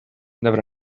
never